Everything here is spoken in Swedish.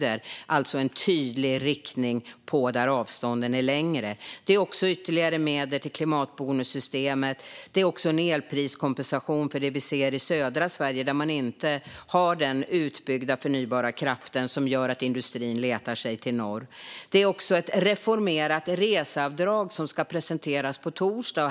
Det är alltså en tydlig inriktning på längre avstånd. Det blir också ytterligare medel till klimatbonussystemet och en elpriskompensation för det som vi ser i södra Sverige där man inte har tillräckligt utbyggd förnybar kraft, vilket gör att industrin letar sig till norr. Det blir också ett reformerat reseavdrag som presenteras på torsdag.